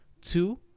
two